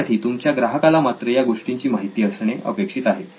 त्यासाठी तुमच्या ग्राहकाला मात्र या गोष्टींची माहिती असणे अपेक्षित आहे